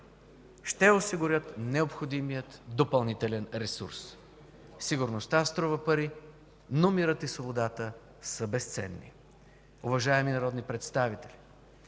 ще осигурят необходимия допълнителен ресурс. Сигурността струва пари, но мирът и свободата са безценни. Уважаеми народни представители,